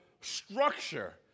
structure